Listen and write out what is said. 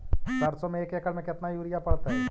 सरसों में एक एकड़ मे केतना युरिया पड़तै?